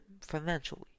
financially